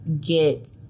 get